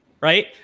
Right